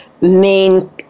main